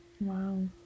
Wow